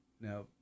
Now